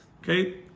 okay